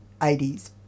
80s